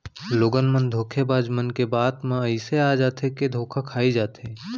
लोगन मन धोखेबाज मन के बात म अइसे आ जाथे के धोखा खाई जाथे